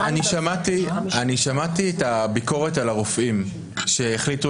אני שמעתי את הביקורת על הרופאים שהחליטו